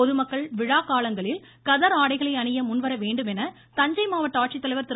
பொதுமக்கள் விழாக்காலங்களில் கதர் ஆடைகளை அணிய முன்வர வேண்டும் என தஞ்சை மாவட்ட ஆட்சித்தலைவர் திரு